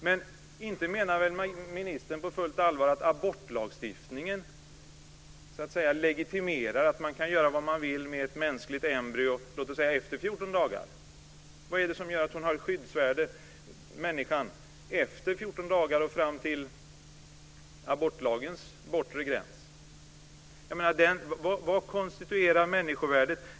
Men inte menar väl ministern på fullt allvar att abortlagstiftningen legitimerar att man kan göra vad man vill med ett mänskligt embryo efter låt oss säga 14 dagar. Vad är det som gör att människan har skyddsvärde efter 14 dagar och fram till abortlagens bortre gräns? Vad konstituerar människovärdet?